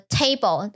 table